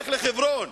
לך לחברון.